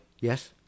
Yes